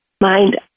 mind